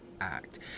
act